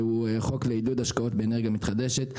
שהוא חוק לעידוד השקעות באנרגיה מתחדשת,